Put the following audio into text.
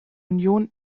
union